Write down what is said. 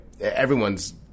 everyone's